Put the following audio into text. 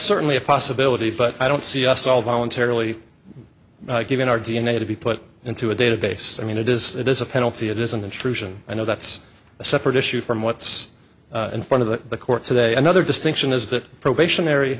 certainly a possibility but i don't see us all voluntarily given our d n a to be put into a database i mean it is it is a penalty it is an intrusion you know that's a separate issue from what's in front of the court today another distinction is that probationary